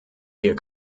ihr